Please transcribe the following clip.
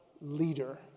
leader